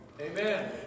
Amen